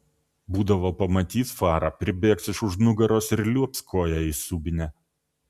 būdavo pamatys farą pribėgs iš už nugaros ir liuobs koja į subinę